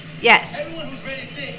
Yes